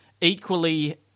equally